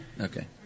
Okay